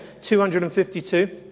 252